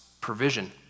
provision